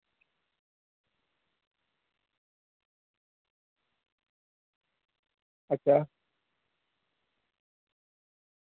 अच्छा